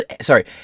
Sorry